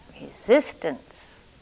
resistance